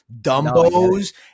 dumbos